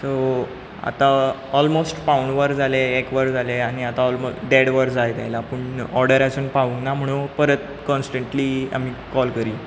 so आतां almost पावण वर जालें एक वर जालें आनी आतां ऑलमो देड वर जायत आयलां पूण ऑडर आजून पावूंक ना म्हूण परत कॉन्स्टंटलीं आमी कॉल करी